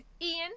ian